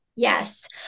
Yes